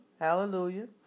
Hallelujah